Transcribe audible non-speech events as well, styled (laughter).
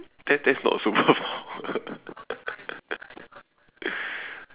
that that's not superpower (laughs)